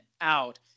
out